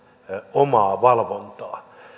omaa valvontaa